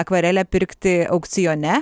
akvarelę pirkti aukcione